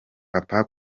papa